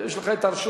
יש לך הרשות.